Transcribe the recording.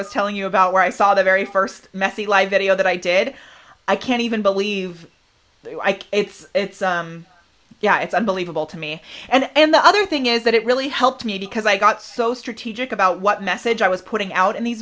was telling you about where i saw the very first messy live video that i did i can't even believe it's it's yeah it's unbelievable to me and the other thing is that it really helped me because i got so strategic about what message i was putting out